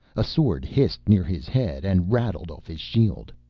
a sword hissed near his head and rattled off his shield.